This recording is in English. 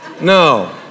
No